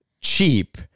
Cheap